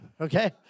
Okay